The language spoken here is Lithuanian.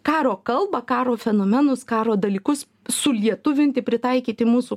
karo kalbą karo fenomenus karo dalykus sulietuvinti pritaikyti mūsų